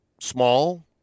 small